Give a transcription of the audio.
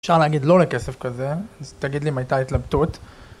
אפשר להגיד לא לכסף כזה, אז תגיד לי אם הייתה התלבטות.